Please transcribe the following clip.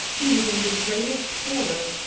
he was in the greatest terror.